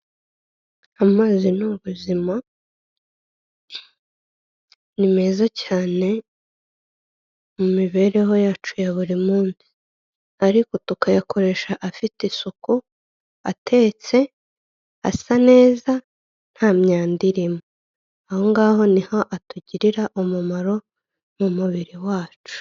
Amazi ni ubuzima, ni meza cyane mu mibereho yacu ya buri munsi ariko tukayakoresha afite isuku, atetse, asa neza, nta myanda irimo, aho ngaho niho atugirira umumaro mu mubiri wacu.